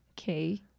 Okay